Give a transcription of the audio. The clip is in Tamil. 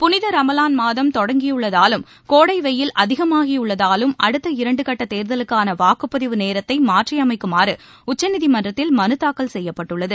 புனித ரமலான் மாதம் தொடங்கியுள்ளதாலும் கோடை வெய்யில் அதிகமாகியுள்ளதாலும் அடுத்த இரண்டு கட்ட தேர்தலுக்கான வாக்குப்பதிவு நேரத்தை மாற்றியமைக்குமாறு உச்சநீதிமன்றத்தில் மனு தாக்கல் செய்யப்பட்டுள்ளது